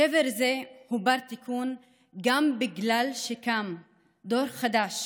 שבר זה הוא בר-תיקון גם בגלל שקם דור חדש